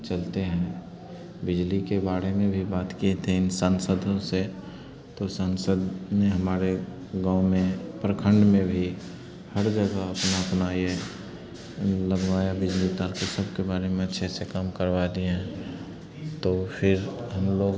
चलते हैं बिजली के बारे में भी बात किए थे इन सांसदों से तो इन सांसद ने हमारे गाँव में प्रखंड में भी हर जगह अपना अपना यह लगवाया बिजली ताकि सब के बारे में अच्छे से काम करवा दिए हैं तो फिर हम लोग